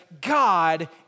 God